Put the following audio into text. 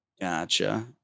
Gotcha